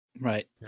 Right